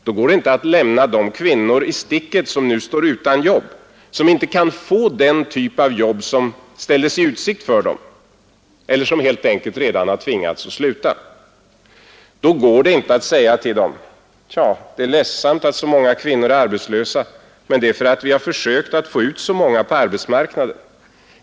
Då går det inte att lämna de många kvinnor i sticket som nu står utan jobb, som inte kan få den typ av jobb som ställdes i utsikt eller som redan tvingats sluta. Då går det inte att säga till dem: Ja, det är ledsamt att så många kvinnor är Nr 140 arbetslösa, men det är för att vi har försökt att få ut så många på Tisdagen den arbetsmarknaden.